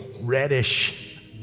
reddish